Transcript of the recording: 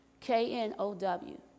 K-N-O-W